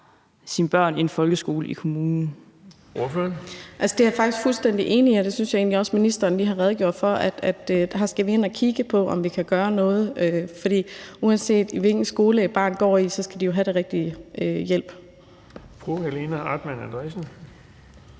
17:19 Sara Emil Baaring (S): Det er jeg faktisk fuldstændig enig i, og det synes jeg egentlig også at ministeren lige har redegjort for, altså at der skal vi ind og kigge på, om vi kan gøre noget. For uanset hvilken skole et barn går i, skal det jo have den rigtige hjælp.